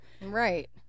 Right